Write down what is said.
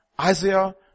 Isaiah